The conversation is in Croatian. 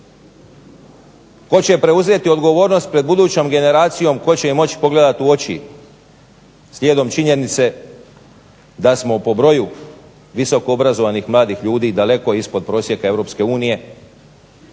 Tko će preuzeti odgovornost pred budućem generacijom? Tko će im moći pogledati u oči, slijedom činjenice da smo po broju visokoobrazovanih mladih ljudi daleko ispod prosjeka EU,